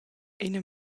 ina